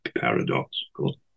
paradoxical